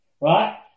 Right